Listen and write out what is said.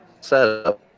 setup